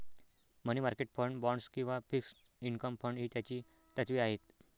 मनी market fund, bonds किंवा fixed income fund ही त्याची तत्त्वे आहेत